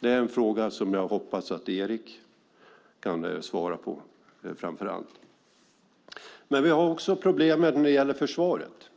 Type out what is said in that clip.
Den frågan hoppas jag att framför allt Erik A Eriksson kan svara på. Vi har även problemet med försvaret